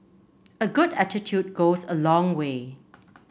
a good attitude goes a long way